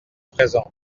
présents